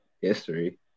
history